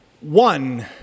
one